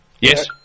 Yes